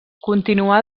continuà